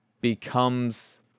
becomes